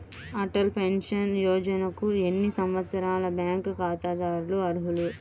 Atal pension యోజనకు ఎన్ని సంవత్సరాల బ్యాంక్ ఖాతాదారులు అర్హులు?